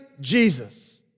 Jesus